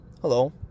Hello